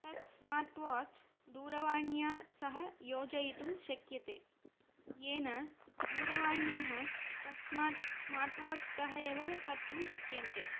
तत् smart watch दूरवाण्या सह योजयितुं शक्यते येन दूरवाण्यः तस्मात् स्मार्ट् वाच् तः एव कर्तुं शक्यन्ते